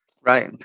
Right